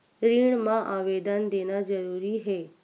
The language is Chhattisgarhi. ऋण मा आवेदन देना जरूरी हे?